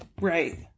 Right